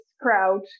crowd